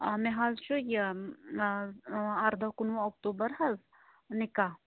آز مےٚ حظ چھُ یہِ ارداہ کُنوُہ اکتوٗبر حظ نکاح